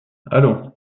allons